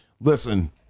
listen